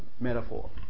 metaphor